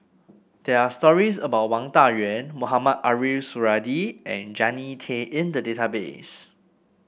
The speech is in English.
there are stories about Wang Dayuan Mohamed Ariff Suradi and Jannie Tay in the database